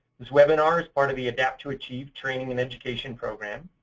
this webinar is part of the adapt two achieve training and education program.